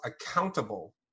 accountable